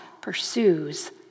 pursues